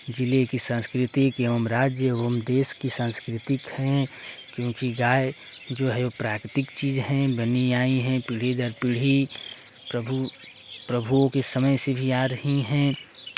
जिले की संस्कृति की एवं राज्य एवं देश की सांस्कृतिक हैं क्योंकि गाय जो है वो प्राकृतिक चीज़ हैं बनी आई हैं पीढ़ी दर पीढ़ी प्रभु प्रभु के समय से भी आ रही हैं